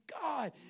God